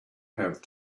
have